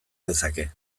dezake